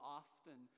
often